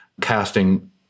casting